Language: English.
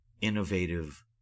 Innovative